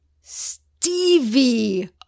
Stevie